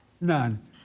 None